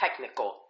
technical